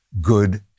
good